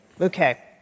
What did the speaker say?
Okay